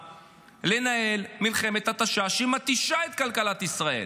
לנהל מלחמת התשה שמתישה את כלכלת ישראל.